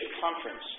conference